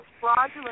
fraudulent